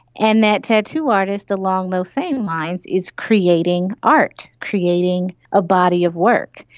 and that tattoo artist along those same lines is creating art, creating a body of work.